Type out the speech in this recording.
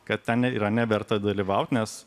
kad tenai yra neverta dalyvaut nes